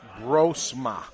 Brosma